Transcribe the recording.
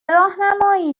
راهنمایی